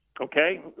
Okay